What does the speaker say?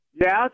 Yes